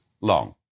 long